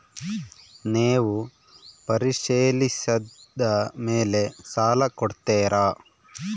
ನೇವು ಪರಿಶೇಲಿಸಿದ ಮೇಲೆ ಸಾಲ ಕೊಡ್ತೇರಾ?